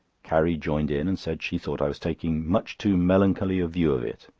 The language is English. carrie joined in, and said she thought i was taking much too melancholy a view of it.